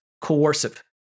coercive